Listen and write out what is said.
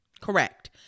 Correct